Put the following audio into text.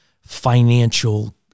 financial